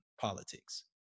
politics